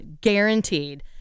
guaranteed